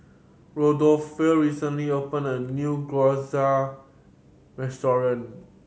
Rodolfo recently open a new Gyoza Restaurant